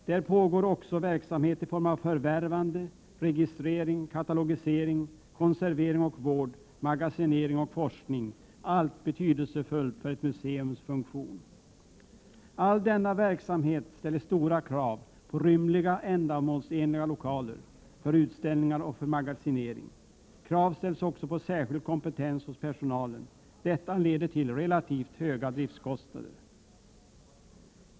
Där pågår också verksamhet i form av förvärvande, registrering, katalogisering, konservering och vård, magasinering och forskning — allt betydelsefullt för ett museums funktion. All denna verksamhet ställer stora krav på rymliga, ändamålsenliga lokaler för utställningar och för magasinering. Krav ställs också på särskild kompetens hos personalen. Detta leder till relativt höga driftskostnader.